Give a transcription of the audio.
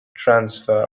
transfer